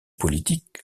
politiques